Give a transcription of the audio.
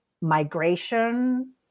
migration